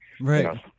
right